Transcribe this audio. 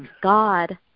God